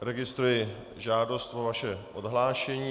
Registruji žádost o vaše odhlášení.